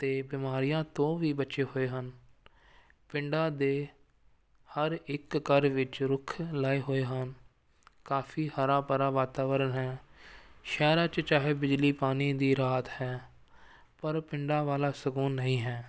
ਅਤੇ ਬਿਮਾਰੀਆਂ ਤੋਂ ਵੀ ਬਚੇ ਹੋਏ ਹਨ ਪਿੰਡਾਂ ਦੇ ਹਰ ਇੱਕ ਘਰ ਵਿੱਚ ਰੁੱਖ ਲਾਏ ਹੋਏ ਹਨ ਕਾਫੀ ਹਰਾ ਭਰਾ ਵਾਤਾਵਰਨ ਹੈ ਸ਼ਹਿਰਾਂ 'ਚ ਚਾਹੇ ਬਿਜਲੀ ਪਾਣੀ ਦੀ ਰਾਹਤ ਹੈ ਪਰ ਪਿੰਡਾਂ ਵਾਲਾ ਸਕੂਨ ਨਹੀਂ ਹੈ